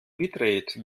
bitrate